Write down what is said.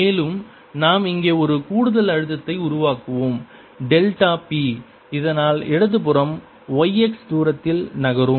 மேலும் நாம் இங்கே ஒரு கூடுதல் அழுத்தத்தை உருவாக்குகிறோம் டெல்டா p இதனால் இடது புறம் y x தூரத்தால் நகரும்